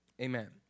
Amen